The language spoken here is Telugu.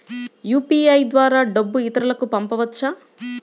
యూ.పీ.ఐ ద్వారా డబ్బు ఇతరులకు పంపవచ్చ?